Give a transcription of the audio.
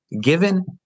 given